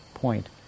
Point